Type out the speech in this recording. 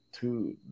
two